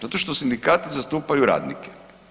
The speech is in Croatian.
Zato što sindikati zastupaju radnike.